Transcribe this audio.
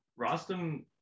Rostam